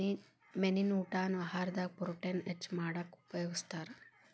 ಮೇನಿನ ಊಟಾನ ಆಹಾರದಾಗ ಪ್ರೊಟೇನ್ ಹೆಚ್ಚ್ ಮಾಡಾಕ ಉಪಯೋಗಸ್ತಾರ